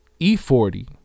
E40